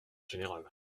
général